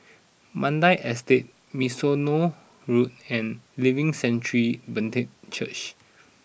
Mandai Estate Mimosa Road and Living Sanctuary Brethren Church